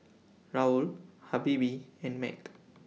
Raoul Habibie and Mac